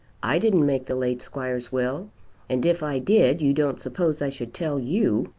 i didn't make the late squire's will and if i did you don't suppose i should tell you.